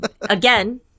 again